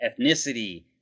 ethnicity